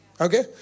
Okay